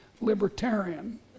libertarian